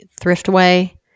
thriftway